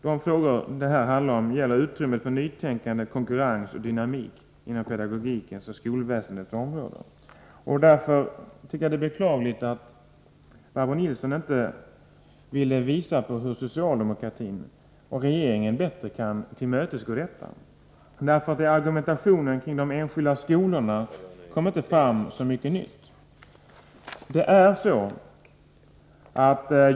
De frågor som det här handlar om gäller utrymmet för nytänkande, konkurrens och dynamik inom pedagogikens och skolväsendets område. Därför tycker jag att det var beklagligt att Barbro Nilsson i Örnsköldsvik inte ville visa hur socialdemokratin och regeringen kan tillmötesgå dessa krav. I argumentationen om de enskilda skolorna kom nämligen inte fram så mycket nytt.